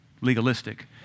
legalistic